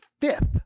fifth